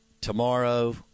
tomorrow